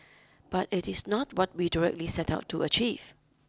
but it is not what we directly set out to achieve